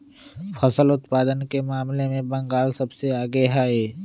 फसल उत्पादन के मामले में बंगाल सबसे आगे हई